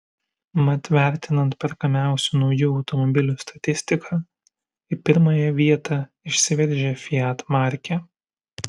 mat vertinant perkamiausių naujų automobilių statistiką į pirmąją vietą išsiveržė fiat markė